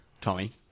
Tommy